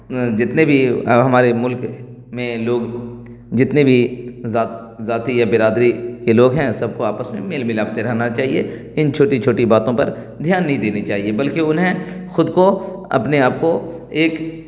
جتنے بھی ہمارے ملک میں لوگ جتنے بھی ذات ذاتی یا برادری کے لوگ ہیں سب کو آپس میں میل ملاپ سے رہنا چاہیے ان چھوٹی چھوٹی باتوں پر دھیان نہیں دینی چاہیے بلکہ انہیں خود کو اپنے آپ کو ایک